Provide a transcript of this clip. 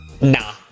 nah